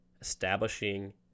establishing